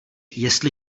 jestli